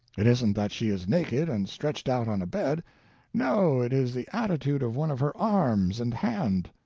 it isn't that she is naked and stretched out on a bed no, it is the attitude of one of her arms and hand.